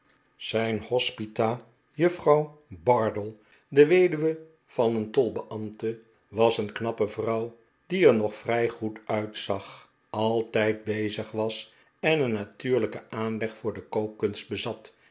zijn hospita juffrouw bardell de weduwe van een tolbeambte was een knappe vrouw die er nog vrij goed uitzag altijd bezig was en een natuurlijken aanleg voor de kookkunst bezat